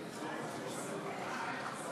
שלוש